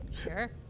Sure